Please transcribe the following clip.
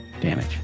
damage